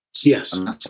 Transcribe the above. Yes